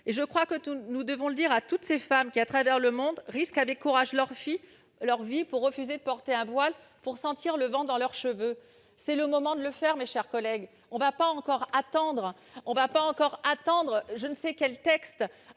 à ces jeunes filles et même à toutes ces femmes qui, à travers le monde, risquent avec courage leur vie en refusant de porter un voile, afin de sentir le vent dans leurs cheveux. C'est le moment de le faire, mes chers collègues ! Nous n'allons pas encore attendre je ne sais quel texte.